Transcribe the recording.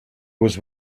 was